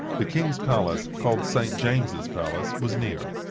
the king's palace, called st. james's palace, was near.